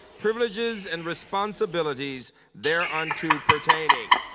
privileges and responsibilities there onto pertaining.